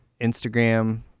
Instagram